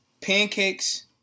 Pancakes